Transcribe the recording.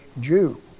Jew